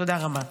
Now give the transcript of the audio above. תודה רבה.